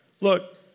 Look